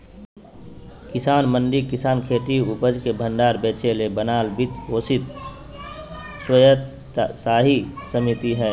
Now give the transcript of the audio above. किसान मंडी किसानखेती उपज के भण्डार बेचेले बनाल वित्त पोषित स्वयात्तशासी समिति हइ